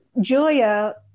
Julia